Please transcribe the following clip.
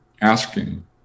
asking